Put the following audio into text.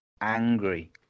Angry